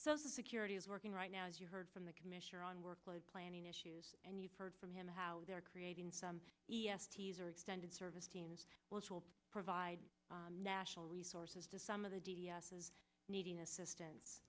the security is working right now as you heard from the commissioner on workload planning issues and you've heard from him how they're creating some e s p s are extended service teams will provide national resources to some of the d d s is needing assistance